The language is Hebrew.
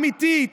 אמיתית,